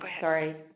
sorry